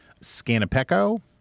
Scanapeco